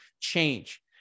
change